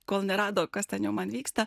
kol nerado kas ten jau man vyksta